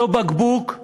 אותו בקבוק,